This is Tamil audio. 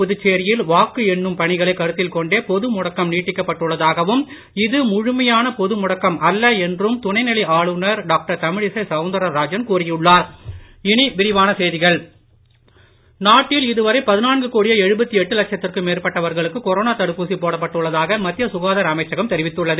புதுச்சேரியில் வாக்கு எண்ணும் பணிகளை கருத்தில் கொண்டே பொது முடக்கம் நீட்டிக்கப் பட்டுள்ளதாகவும் இது முழுமையான பொது முடக்கம் அல்ல என்றும் துணைநிலை ஆளுநர் டாக்டர் தமிழிசை சவுந்தரராஜன் கூறியுள்ளார் நாடு தடுப்பூசி நாட்டில் மேற்பட்டவர்களுக்கு கொரோனா தடுப்பூசி போடப்பட்டுள்ளதாக மத்திய சுகாதார அமைச்கம் தெரிவித்துள்ளது